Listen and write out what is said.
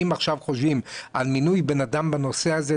אם עכשיו חושבים על מינוי בן אדם בנושא הזה,